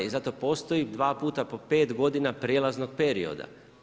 I zato postoji dva puta po pet godina prijelaznog perioda.